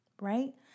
right